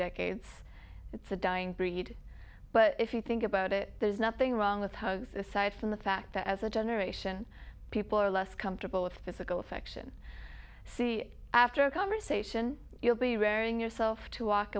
decades it's a dying breed but if you think about it there's nothing wrong with hosts aside from the fact that as a generation people are less comfortable with physical affection see after a conversation you'll be raring yourself to walk